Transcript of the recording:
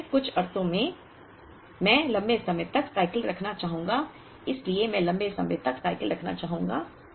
और फिर कुछ अर्थों में मैं लंबे समय तक साइकिल रखना चाहूंगा इसलिए मैं लंबे समय तक साइकिल रखना चाहूंगा